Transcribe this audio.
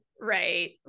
right